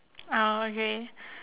ah okay